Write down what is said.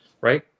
right